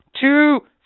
Two